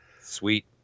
Sweet